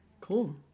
Cool